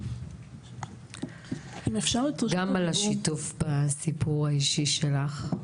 גם על השיתוף בסיפור האישי שלך.